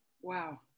Wow